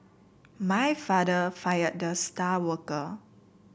my father fired the star worker